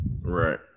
Right